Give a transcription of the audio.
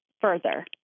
further